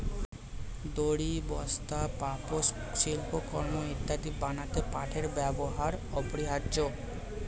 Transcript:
দড়ি, বস্তা, পাপোশ, শিল্পকর্ম ইত্যাদি বানাতে পাটের ব্যবহার অপরিহার্য